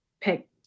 pick